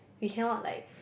we cannot like